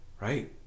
right